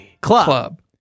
Club